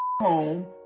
home